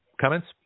Comments